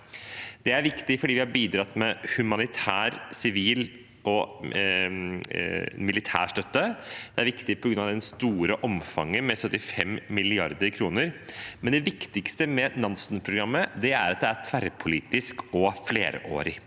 Det er viktig fordi vi har bidratt med humanitær, sivil og militær støtte, og det er viktig på grunn av det store omfanget, 75 mrd. kr, men det viktigste med Nansen-programmet er at det er tverrpolitisk og flerårig.